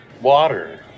water